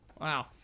Wow